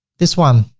this one,